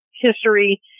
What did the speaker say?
history